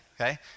okay